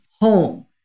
home